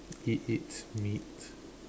it eats meat